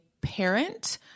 parent